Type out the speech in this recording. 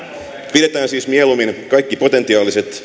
pidetään siis mieluummin kaikki potentiaaliset